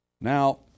Now